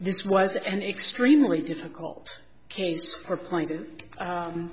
this was an extremely difficult case for